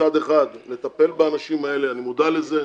מצד אחד, לטפל באנשים האלה, אני מודע לזה,